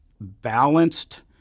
balanced